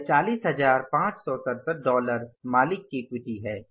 यह 40567 डॉलर मालिक की इक्विटी है